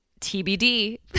TBD